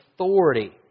authority